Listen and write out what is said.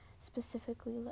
specifically